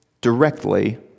directly